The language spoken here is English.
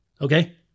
Okay